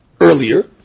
earlier